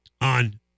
on